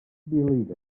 believe